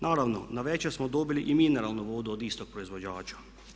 Naravno navečer smo dobili i mineralnu vodu od istog proizvođača.